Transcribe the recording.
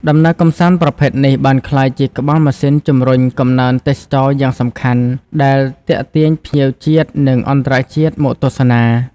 ដំណើរកម្សាន្តប្រភេទនេះបានក្លាយជាក្បាលម៉ាស៊ីនជំរុញកំណើនទេសចរណ៍យ៉ាងសំខាន់ ដែលទាក់ទាញភ្ញៀវជាតិ និងអន្តរជាតិមកទស្សនា។